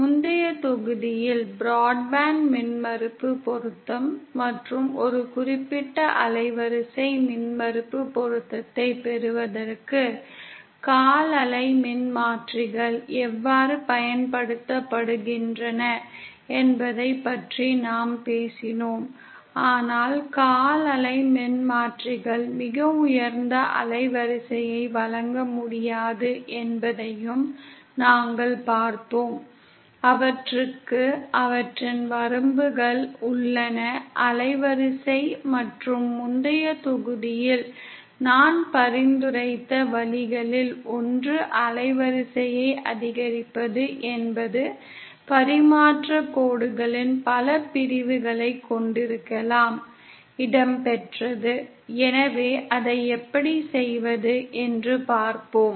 முந்தைய தொகுதியில் பிராட்பேண்ட் மின்மறுப்பு பொருத்தம் மற்றும் ஒரு குறிப்பிட்ட அலைவரிசை மின்மறுப்பு பொருத்தத்தைப் பெறுவதற்கு கால் அலை மின்மாற்றிகள் எவ்வாறு பயன்படுத்தப்படுகின்றன என்பதைப் பற்றி நாம் பேசினோம் ஆனால் கால் அலை மின்மாற்றிகள் மிக உயர்ந்த அலைவரிசையை வழங்க முடியாது என்பதையும் நாங்கள் பார்த்தோம் அவற்றுக்கு அவற்றின் அலைவரிசையின் வரம்புகள் உள்ளன மற்றும் முந்தைய தொகுதியில் நான் பரிந்துரைத்த வழிகளில் ஒன்று அலைவரிசையை அதிகரிப்பது என்பது பரிமாற்றக் கோடுகளின் பல பிரிவுகளைக் கொண்டிருக்கலாம் எனவே அதை எப்படி செய்வது என்று பார்ப்போம்